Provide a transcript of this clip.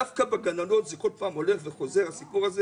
דווקא בגננות זה כל פעם חוזר ועולה הסיפור הזה